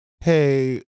hey